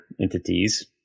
entities